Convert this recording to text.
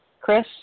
Chris